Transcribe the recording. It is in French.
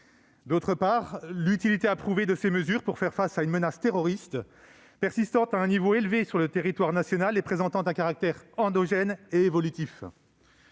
D'autre part, ces mesures sont utiles pour faire face à une menace terroriste persistant à un niveau élevé sur le territoire national et présentant un caractère endogène et évolutif.